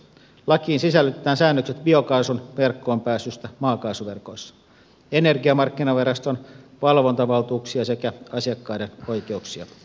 lakiin sisällytetään säännökset biokaasun verkkoon pääsystä maakaasuverkoissa energiamarkkinaviraston valvontavaltuuksia sekä asiakkaiden oikeuksia täsmennetään